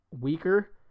weaker